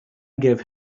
gave